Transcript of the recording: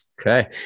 Okay